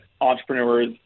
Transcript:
entrepreneurs